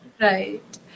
Right